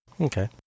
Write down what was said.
Okay